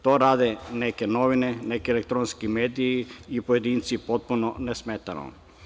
To rade neke novine, neke elektronski mediji i pojedinci potpuno nesmetano.